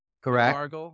Correct